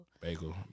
Bagel